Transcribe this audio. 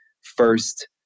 first